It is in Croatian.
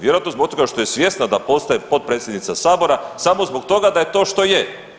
Vjerojatno zbog toga što je svjesna da postaje potpredsjednica Sabora samo zbog toga da je to što je.